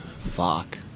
Fuck